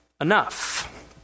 enough